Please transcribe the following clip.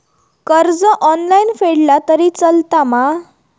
कर्ज ऑनलाइन फेडला तरी चलता मा?